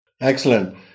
Excellent